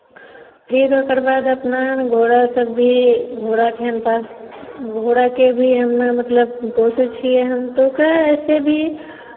फेर ओकर बाद अपना घोड़ासभ भी घोड़ाके हन पास घोड़ाकेँ भी हमे मतलब पोसै छियै हन तऽ ओकरा ऐसे भी